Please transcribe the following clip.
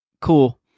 cool